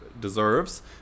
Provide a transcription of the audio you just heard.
deserves